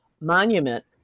Monument